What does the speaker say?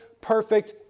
perfect